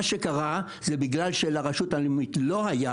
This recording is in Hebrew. מה שקרה, וזה בגלל שלרשות הלאומית לא היה